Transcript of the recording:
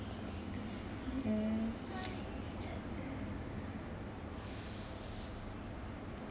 mm